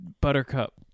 Buttercup